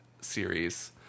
series